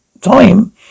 time